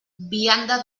vianda